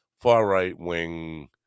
far-right-wing